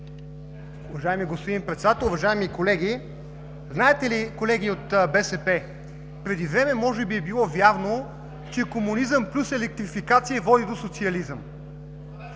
Уважаеми господин Председател, уважаеми колеги! Колеги от БСП, знаете ли, преди време може би е било вярно, че комунизъм плюс електрификация води до социализъм.